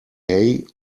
hay